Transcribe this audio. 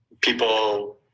people